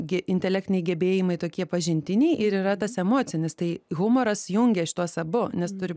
gi intelektiniai gebėjimai tokie pažintiniai ir yra tas emocinis tai humoras jungia šituos abu nes turi